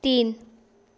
तीन